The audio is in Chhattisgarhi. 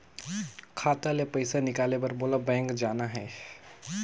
खाता ले पइसा निकाले बर मोला बैंक जाना हे?